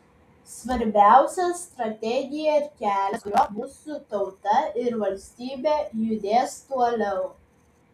svarbiausia strategija ir kelias kuriuo mūsų tauta ir valstybė judės toliau